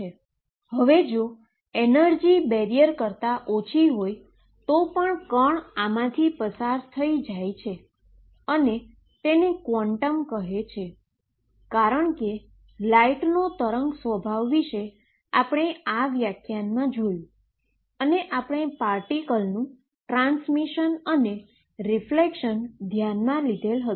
હવે જો energy barrier કરતા ઓછી હોય તો પણ પાર્ટીકલ આમાંથી પસાર થઈ જાય છે અને તેને ક્વોંટમ કહે છે કારણ કે લાઈટ નો તરંગ સ્વભાવ વિષે આપણે આ વ્યાખ્યાનમાં જોયું અને આપણે પાર્ટીકલનું ટ્રાન્સમીશન અને રીફ્લેક્શન ધ્યાનમાં લીધેલ હતું